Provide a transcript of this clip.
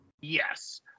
Yes